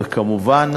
וכמובן,